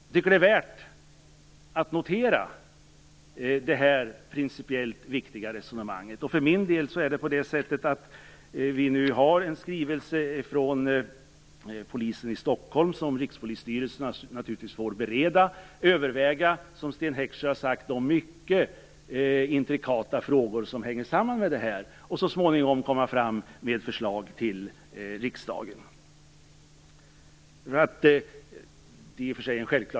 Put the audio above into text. Jag tycker att det är värt att notera det här principiellt viktiga resonemanget. Vi har nu en skrivelse från polisen i Stockholm som Rikspolisstyrelsen naturligtvis skall bereda. Man skall överväga de - som Sten Heckscher har sagt - mycket intrikata frågor som hänger samman med detta och komma med ett förslag till riksdagen.